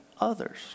others